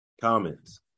Comments